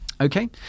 Okay